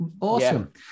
awesome